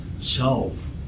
self